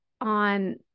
on